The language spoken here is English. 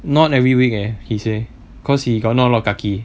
not every week eh he say cause he got not a lot of kaki